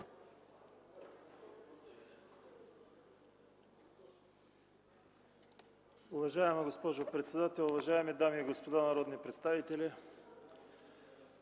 уважаема госпожо председател. Уважаеми дами и господа народни представители,